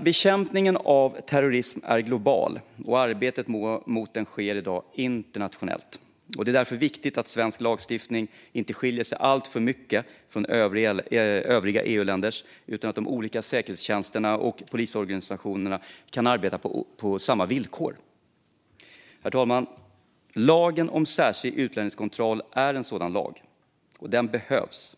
Bekämpningen av terrorism är global, och arbetet mot den sker i dag internationellt. Det är därför viktigt att svensk lagstiftning inte skiljer sig alltför mycket från övriga EU-länders utan att de olika säkerhetstjänsterna och polisorganisationerna kan arbeta på samma villkor. Herr talman! Lagen om särskild utlänningskontroll är en sådan lag, och den behövs.